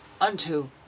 unto